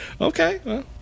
Okay